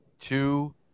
Two